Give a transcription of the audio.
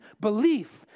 belief